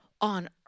on